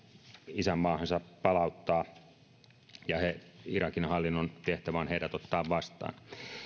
isänmaahansa palauttaa irakin hallinnon tehtävä on ottaa heidät vastaan